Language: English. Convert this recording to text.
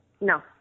No